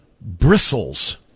bristles